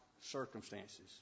circumstances